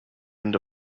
end